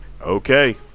Okay